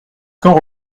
quand